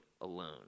alone